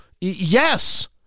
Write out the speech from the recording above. yes